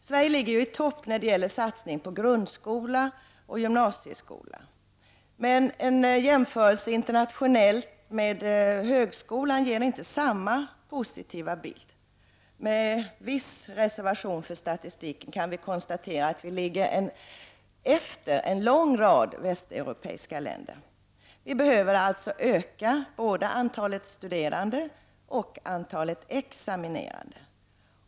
Sverige ligger i topp när det gäller satsningar på grundskola och gymnasieskola. Men en jämförelse internationellt med andra högskolor ger inte samma positiva bild. Med viss reservation för statistiken kan vi konstatera att Sverige ligger efter en lång rad västeuropeiska länder. Vi behöver alltså öka både antalet studerande och antalet examinerade.